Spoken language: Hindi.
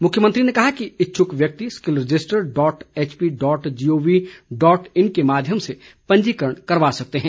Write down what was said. मुख्यमंत्री ने कहा कि इच्छुक व्यक्ति skill register dot HP dot GOV dot in के माध्यम से पंजीकरण करवा सकते हैं